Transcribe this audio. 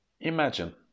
Imagine